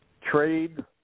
Trade